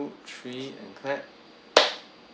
three and clap